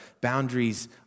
Boundaries